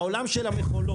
בעולם של המכולות,